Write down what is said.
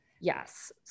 Yes